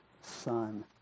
Son